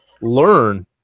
learn